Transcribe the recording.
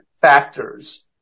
factors